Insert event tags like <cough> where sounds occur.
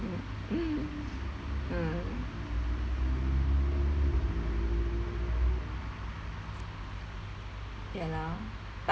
<laughs> mm ya lor